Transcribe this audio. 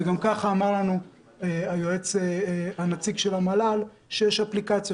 גם ככה אמר לנו הנציג של המל"ל שיש אפליקציה